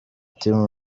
team